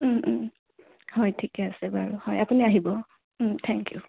হয় ঠিকে আছে বাৰু হয় আপুনি আহিব থেংক ইউ